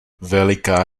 veliká